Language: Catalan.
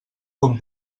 com